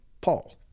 Paul